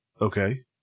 Okay